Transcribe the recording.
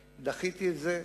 דחיתי את זה.